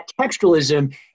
textualism